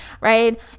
right